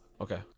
Okay